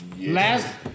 Last